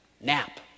nap